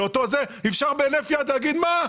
אפשר בהינף יד להגיד: מה,